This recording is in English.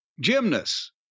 gymnasts